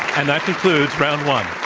and that concludes round one.